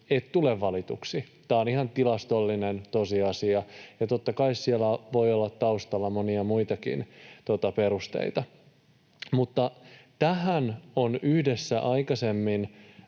et tule valituksi. Tämä on ihan tilastollinen tosiasia, ja totta kai siellä voi olla taustalla monia muitakin perusteita. Mutta tähän on yhdessä aikaisemmin...